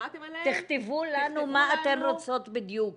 שמעתם עליהם -- תכתבו לנו מה אתן רוצות בדיוק.